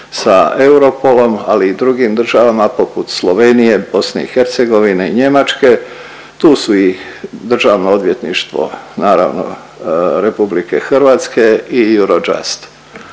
sa Europolom, ali i drugim državama poput Slovenije, BiH i Njemačke. Tu su i Državno odvjetništvo naravno RH i Eurojust.